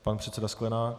Pan předseda Sklenák?